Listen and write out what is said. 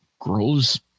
grows